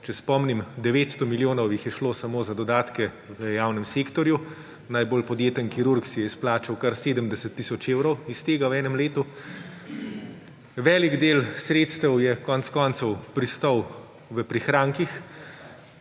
Če spomnim, 900 milijonov jih je šlo samo za dodatke v javnem sektorju. Najbolj podjeten kirurg si je izplačal kar 70 tisoč evrov iz tega v enem letu. Velik del sredstev je konec koncev pristal v prihrankih,